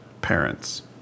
parents